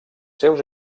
seus